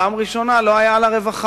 בפעם הראשונה לא היה על הרווחה.